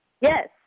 Yes